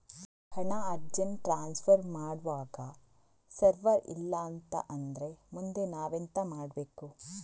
ಹಣ urgent transfer ಮಾಡ್ವಾಗ server ಇಲ್ಲಾಂತ ಆದ್ರೆ ಮುಂದೆ ನಾವೆಂತ ಮಾಡ್ಬೇಕು?